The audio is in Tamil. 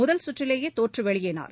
முதல் சுற்றிலேயே தோற்று வெளியேறினார்